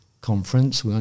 conference